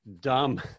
dumb